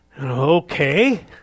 Okay